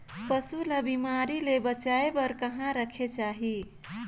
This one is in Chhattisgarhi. पशु ला बिमारी ले बचाय बार कहा रखे चाही?